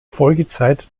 folgezeit